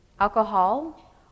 alcohol